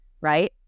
right